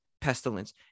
pestilence